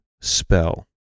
spell